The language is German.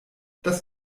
das